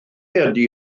ydi